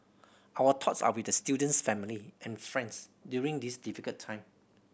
our thoughts are with the student's family and friends during this difficult time